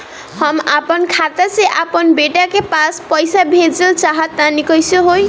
हम आपन खाता से आपन बेटा के पास पईसा भेजल चाह तानि कइसे होई?